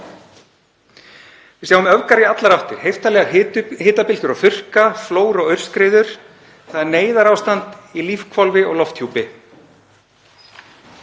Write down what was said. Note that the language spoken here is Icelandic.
Við sjáum öfgar í allar áttir, heiftarlegar hitabylgjur og þurrka, flóð og aurskriður. Það er neyðarástand í lífhvolfi og lofthjúpi.